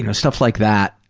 you know stuff like that,